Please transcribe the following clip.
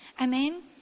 Amen